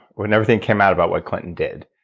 when everything came out about what clinton did,